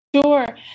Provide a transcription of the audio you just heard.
Sure